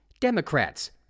Democrats